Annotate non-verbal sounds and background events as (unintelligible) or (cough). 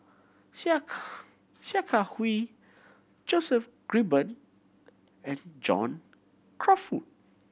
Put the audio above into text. Sia Kah (unintelligible) Sia Kah Hui Joseph Grimberg and John Crawfurd